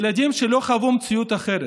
ילדים שלא חוו מציאות אחרת,